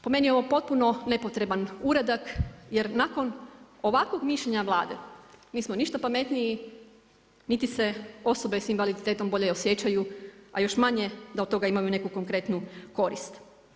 Po meni je ovo potpuno nepotreban uradak jer nakon ovakvog mišljenja Vlade nismo ništa pametniji niti se osobe sa invaliditetom bolje osjećaju a još manje da od toga imaju neku konkretnu korist.